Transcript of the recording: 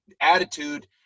attitude